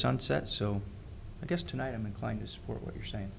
sunset so i guess tonight i'm inclined to support what you're saying